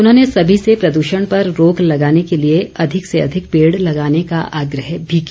उन्होंने सभी से प्रदूषण पर रोक लगाने के लिए अधिक से अधिक पेड़ लगाने का आग्रह भी किया